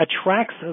attracts